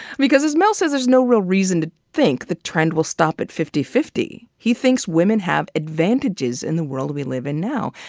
because, as mel says, there's no reason to think the trend will stop at fifty-fifty. because he thinks women have advantages, in the world we live in now,